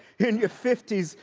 in your fifty s,